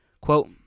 Quote